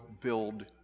build